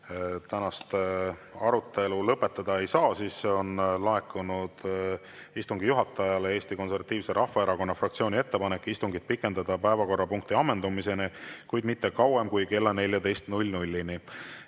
tänast arutelu lõpetada ei saa, siis on istungi juhatajale laekunud Eesti Konservatiivse Rahvaerakonna fraktsiooni ettepanek istungit pikendada päevakorrapunkti ammendumiseni, kuid mitte kauem kui kella 14‑ni.